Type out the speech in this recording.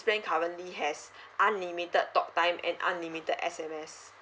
plan currently has unlimited talk time and unlimited S_M_S